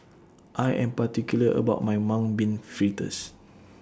I Am particular about My Mung Bean Fritters